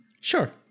Sure